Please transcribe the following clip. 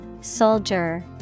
Soldier